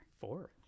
Four